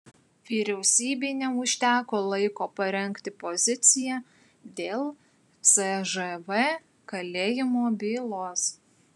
vyriausybei neužteko laiko parengti poziciją dėl cžv kalėjimo bylos